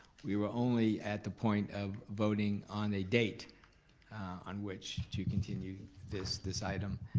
we were only at the point of voting on a date on which to continue this this item.